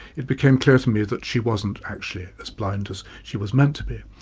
it became clear to me that she wasn't actually as blind as she was meant to be.